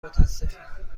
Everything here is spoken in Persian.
متاسفیم